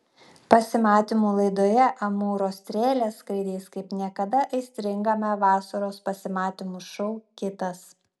pasimatymų laidoje amūro strėlės skraidys kaip niekada aistringame vasaros pasimatymų šou kitas